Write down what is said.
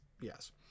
yes